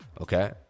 okay